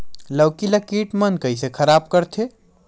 लौकी ला कीट मन कइसे खराब करथे?